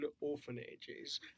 orphanages